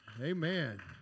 Amen